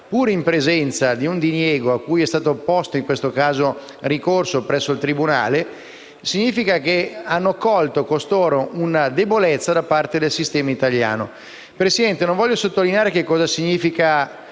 pur in presenza di un diniego cui è stato opposto ricorso presso il tribunale, significa che costoro hanno colto una debolezza da parte del sistema italiano. Signor Presidente, non voglio sottolineare cosa significa